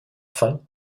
fin